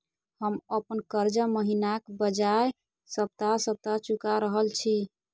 हम अप्पन कर्जा महिनाक बजाय सप्ताह सप्ताह चुका रहल छि